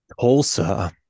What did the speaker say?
Tulsa